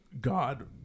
God